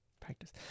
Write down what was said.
practice